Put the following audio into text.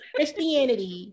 Christianity